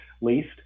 least